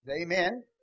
Amen